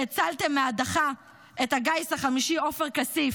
שהצלתם מהדחה את הגיס החמישי עופר כסיף,